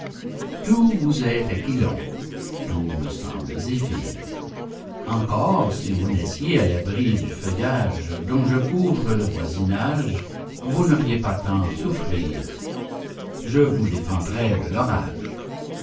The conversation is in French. tout vous est aquilon tout me semble zéphyr encor si vous naissiez à l'abri du feuillage dont je couvre le voisinage vous n'auriez pas tant à souffrir je vous défendrais de l'orage